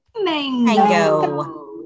Mango